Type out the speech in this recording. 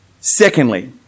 Secondly